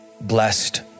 blessed